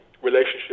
relationship